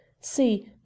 See